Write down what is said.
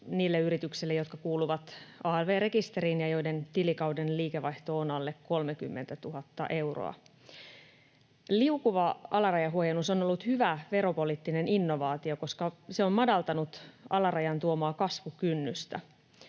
niille yrityksille, jotka kuuluvat alv-rekisteriin ja joiden tilikauden liikevaihto on alle 30 000 euroa. Liukuva alarajahuojennus on ollut hyvä veropoliittinen innovaatio, koska se on madaltanut alarajan tuomaa kasvukynnystä.